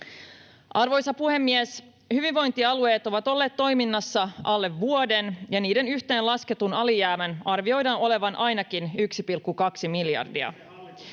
Arvoisa puhemies! Hyvinvointialueet ovat olleet toiminnassa alle vuoden, ja niiden yhteenlasketun alijäämän arvioidaan olevan ainakin 1,2 miljardia.